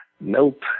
Nope